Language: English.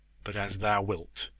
but as thou wilt